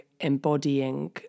embodying